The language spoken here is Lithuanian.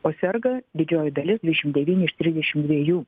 o serga didžioji dalis dvidešim devyni iš trisdešim dviejų